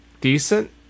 decent